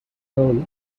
goal